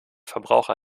verbraucher